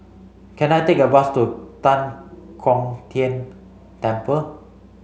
can I take a bus to Tan Kong Tian Temple